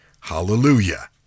Hallelujah